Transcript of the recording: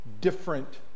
different